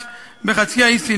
"חמאס"